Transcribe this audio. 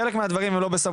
חלק מהדברים הם לא בסמכותי",